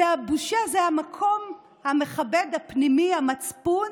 זו הבושה, זה המקום המכבד הפנימי, המצפון.